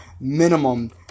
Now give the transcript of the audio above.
minimum